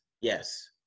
Yes